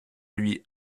lui